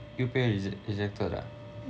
U~ U_P_L rejected ah